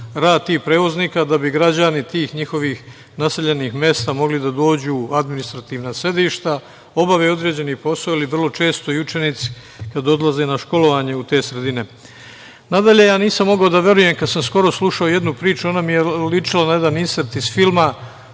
rad tih prevoznika da bi građani tih njihovih naseljenih mesta mogli da dođu u administrativna sedišta, obave određeni posao ili vrlo često i učenici kada odlaze na školovanje u te sredine. Nadalje, ja nisam mogao da verujem kada sam skoro slušao jednu priču, ona mi je ličila na jedan insert iz filma,